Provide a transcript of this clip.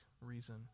reason